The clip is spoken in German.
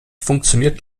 funktioniert